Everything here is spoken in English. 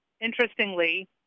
interestingly